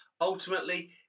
Ultimately